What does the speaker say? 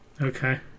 Okay